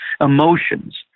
emotions